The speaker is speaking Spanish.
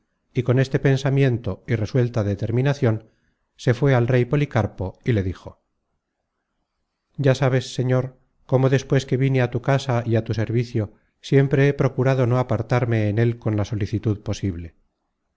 y con este pensamiento y resuelta determinacion se fué al rey policarpo y le dijo ya sabes señor cómo despues que vine á tu casa y á tu servicio siempre he procurado no apartarme en él con la solicitud posible